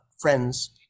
friends